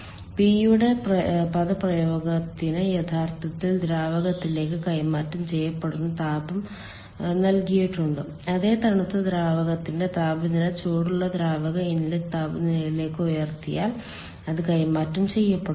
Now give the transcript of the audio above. P യുടെ പദപ്രയോഗത്തിന് യഥാർത്ഥത്തിൽ ദ്രാവകത്തിലേക്ക് കൈമാറ്റം ചെയ്യപ്പെടുന്ന താപം നൽകിയിട്ടുണ്ട് അതേ തണുത്ത ദ്രാവകത്തിന്റെ താപനില ചൂടുള്ള ദ്രാവക ഇൻലെറ്റ് താപനിലയിലേക്ക് ഉയർത്തിയാൽ അത് കൈമാറ്റം ചെയ്യപ്പെടും